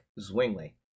Zwingli